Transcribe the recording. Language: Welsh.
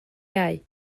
iau